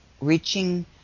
reaching